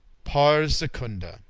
pars quinta.